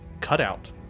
cutout